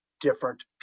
different